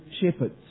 shepherds